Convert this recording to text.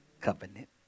Covenant